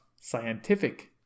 scientific